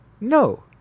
No